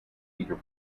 peter